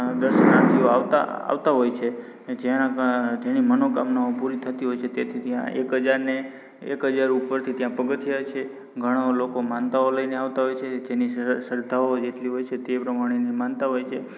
દર્શનાર્થીઓ આવતા આવતા હોય છે જેના કા જેની મનોકામનાઓ પૂરી થતી હોય છે તેથી ત્યાં એક હજાર ને એક હજાર ઉપરથી ત્યાં પગથિયાં છે ઘણા લોકો માનતાઓ લઈને આવતા હોય છે જેની શર શ્રદ્ધાઓ જેટલી હોય છે તે પ્રમાણેની માનતા હોય છે